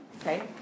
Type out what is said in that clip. okay